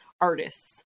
artists